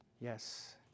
Yes